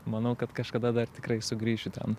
manau kad kažkada dar tikrai sugrįšiu ten